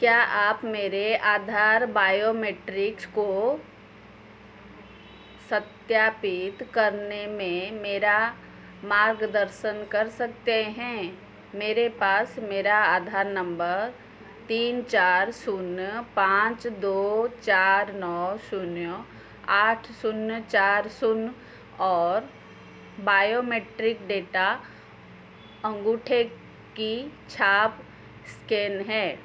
क्या आप मेरे आधार बायोमेट्रिक्स को सत्यापित करने में मेरा मार्गदर्शन कर सकते हैं मेरे पास मेरा आधार नंबर तीन चार शून्य पाँच दो चार नौ शून्य आठ शून्य चार शून्य और बायोमेट्रिक डेटा अंगूठे की छाप स्कैन है